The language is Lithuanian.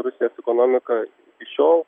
rusijos ekonomika šiol